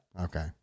Okay